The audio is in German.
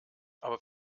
aber